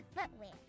footwear